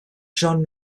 jon